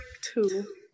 two